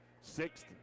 sixth